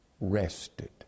rested